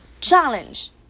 Challenge